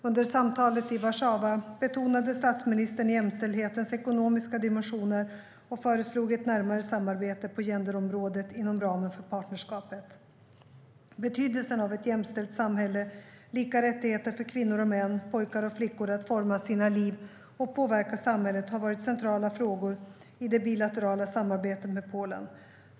Under samtalet i Warszawa betonade statsministern jämställdhetens ekonomiska dimensioner och föreslog ett närmare samarbete på genderområdet inom ramen för partnerskapet. Betydelsen av ett jämställt samhälle och lika rättigheter för kvinnor och män, pojkar och flickor att forma sina liv och påverka samhället har varit centrala frågor i det bilaterala samarbetet med Polen.